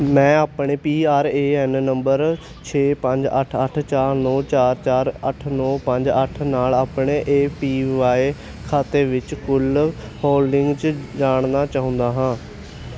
ਮੈਂ ਆਪਣੇ P R A N number ਛੇ ਪੰਜ ਅੱਠ ਅੱਠ ਚਾਰ ਨੋ ਚਾਰ ਅੱਠ ਪੰਜ ਨੌ ਅੱਠ ਨਾਲ ਆਪਣੇ ਏਪੀ ਵਾਈ ਖਾਤੇ ਵਿੱਚ ਕੁੱਲ ਹੋਲਡਿੰਗਜ਼ ਜਾਣਨਾ ਚਾਹੁੰਦਾ ਹਾਂ